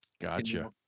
Gotcha